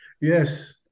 yes